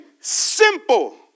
simple